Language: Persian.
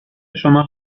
شما